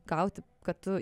gauti kad tu